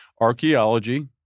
Archaeology